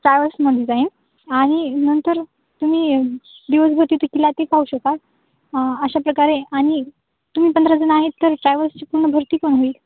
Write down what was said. ट्रॅव्हल्समध्ये जाईन आनि नंतर तुम्ही दिवसभरती ते किल्ला ते पाहू शकाल अशा प्रकारे आणि तुम्ही पंधरा जण आहेत तर ट्रॅव्हल्सची पूर्ण भरती पण होईल